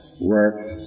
work